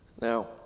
Now